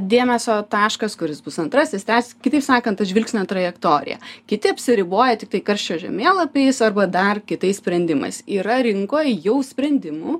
dėmesio taškas kuris bus antrasis tęsia kitaip sakant tą žvilgsnio trajektorija kiti apsiriboja tiktai karščio žemėlapiais arba dar kitais sprendimais yra rinkoj jau sprendimų